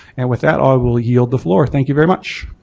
and with that i will yield the floor, thank you very much.